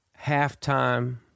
Halftime